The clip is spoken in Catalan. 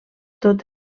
tot